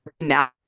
now